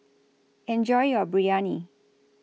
Enjoy your Biryani